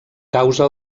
causa